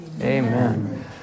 Amen